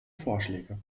vorschläge